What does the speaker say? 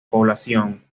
población